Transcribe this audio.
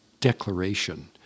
declaration